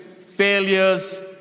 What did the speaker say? failures